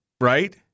right